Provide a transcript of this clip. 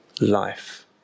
life